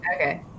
Okay